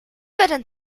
werden